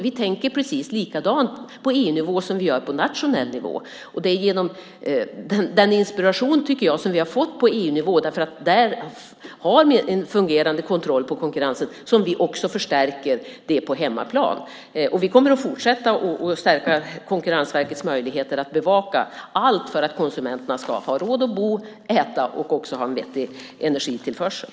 Vi tänker precis likadant på EU-nivå som på nationell nivå. Genom den inspiration som vi har fått på EU-nivå, där man har en fungerande kontroll på konkurrensen, har vi förstärkt den också på hemmaplan. Vi kommer att fortsätta att stärka Konkurrensverkets möjligheter att bevaka - allt för att konsumenterna ska ha råd att bo och äta och också ha en vettig energitillförsel.